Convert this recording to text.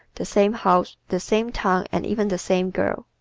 the same house, the same town and even the same girl.